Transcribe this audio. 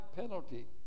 penalty